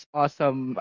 awesome